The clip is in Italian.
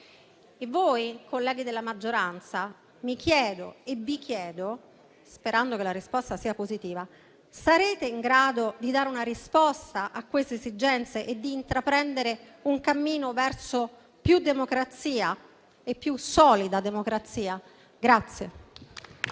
voi, colleghi della maggioranza, mi chiedo e vi chiedo, sperando che la risposta sia positiva, sarete in grado di dare una risposta a queste esigenze e di intraprendere un cammino verso più democrazia e più solida democrazia?